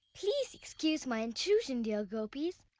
please excuse my intrusion, dear gopis,